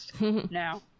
now